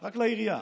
רק לעירייה,